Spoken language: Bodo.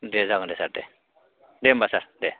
दे जागोन दे सार दे दे होनबा सार दे